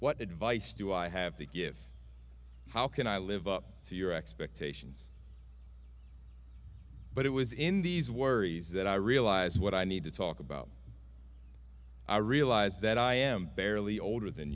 advice do i have to give how can i live up to your expectations but it was in these worries that i realize what i need to talk about i realize that i am barely older than